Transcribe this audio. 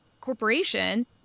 corporation